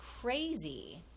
crazy